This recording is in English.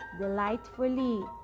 delightfully